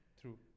true